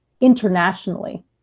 internationally